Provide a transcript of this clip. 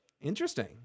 Interesting